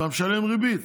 אתה משלם ריבית,